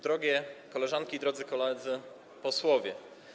Drogie Koleżanki i Drodzy Koledzy Posłowie!